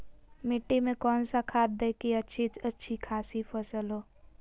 मिट्टी में कौन सा खाद दे की अच्छी अच्छी खासी फसल हो?